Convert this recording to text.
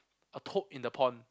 a toad in the pond